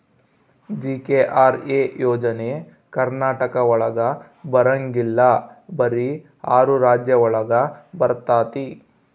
GKRA ಯೋಜನೆ ಕರ್ನಾಟಕ ಒಳಗ ಬರಂಗಿಲ್ಲ ಬರೀ ಆರು ರಾಜ್ಯ ಒಳಗ ಬರ್ತಾತಿ